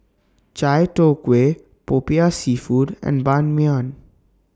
Chai Tow Kway Popiah Seafood and Ban Mian